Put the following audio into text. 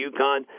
UConn